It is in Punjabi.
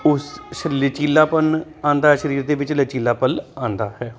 ਉਸ ਲਚੀਲਾਪਨ ਆਉਂਦਾ ਸਰੀਰ ਦੇ ਵਿੱਚ ਲਚੀਲਾਪਨ ਆਉਂਦਾ ਹੈ